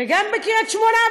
וגם בקריית-שמונה,